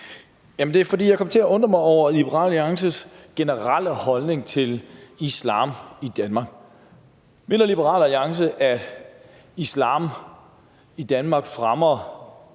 Det er, fordi jeg kom til at undre mig over Liberal Alliances generelle holdning til islam i Danmark. Mener Liberal Alliance, at islam i Danmark fremmer